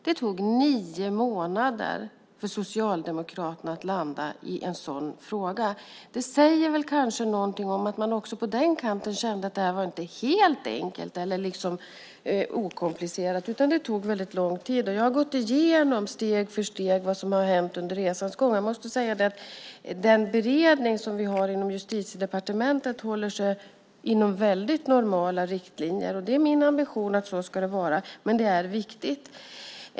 Det tog nio månader för Socialdemokraterna att landa i en sådan fråga. Det säger kanske någonting om att man också på den kanten kände att det här inte var helt enkelt och okomplicerat. Det tog väldigt lång tid. Jag har gått igenom steg för steg vad som har hänt under resans gång. Jag måste säga att den beredning som vi har inom Justitiedepartementet håller sig inom väldigt normala riktlinjer. Det är min ambition att det ska vara så. Det är viktigt.